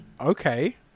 Okay